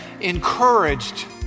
encouraged